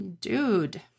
dude